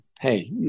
Hey